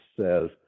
says